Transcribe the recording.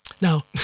Now